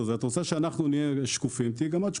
את רוצה שאנחנו נהיה שקופים, תהיי גם את שקופה,